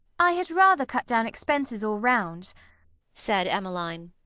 i had rather cut down expenses all round said emmeline,